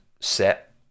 set